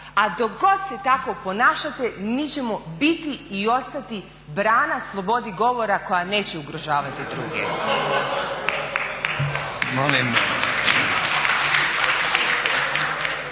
a dok god se takvo ponašate mi ćemo biti i ostati brana slobodi govora koja neće ugrožavati druge.